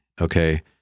Okay